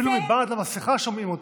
אפילו מבעד למסכה אנחנו שומעים אותך.